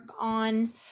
on